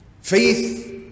Faith